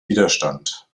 widerstand